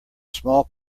small